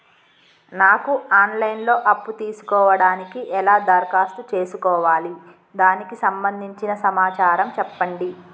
నాకు online లో అప్పు తీసుకోవడానికి ఎలా దరఖాస్తు చేసుకోవాలి దానికి సంబంధించిన సమాచారం చెప్పండి?